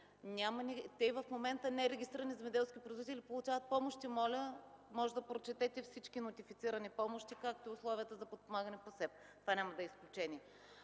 В момента нерегистрирани земеделски производители получават помощи. Можете да прочетете всички нотифицирани помощи, както и условията за подпомагане. Това няма да е изключение.